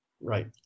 right